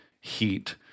heat